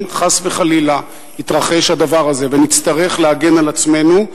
אם חס וחלילה יתרחש הדבר הזה ונצטרך להגן על עצמנו,